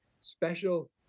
special